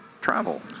travel